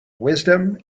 wisdom